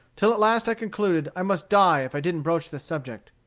till at last i concluded i must die if i didn't broach the subject.